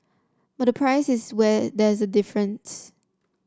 but the price is where there's a difference